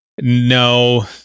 no